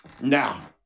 Now